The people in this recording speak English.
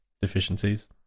deficiencies